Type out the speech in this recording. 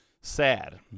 sad